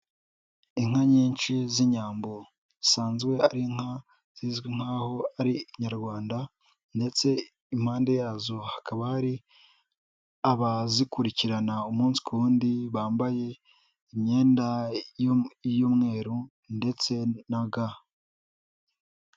Inka nyinshi z'inyambo, zisanzwe ari inka, zizwi nk'aho ari inyarwanda ndetse impande yazo hakaba hari abazikurikirana, umunsi ku wundi, bambaye imyenday'umweru ndetse na ga.